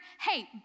hey